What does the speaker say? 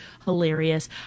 hilarious